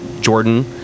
Jordan